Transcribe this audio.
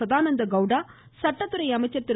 சதானந்த கவுடா சட்டத்துறை அமைச்சர் திரு